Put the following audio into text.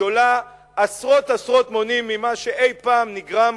גדולה עשרות-עשרות מונים ממה שאי-פעם נגרם,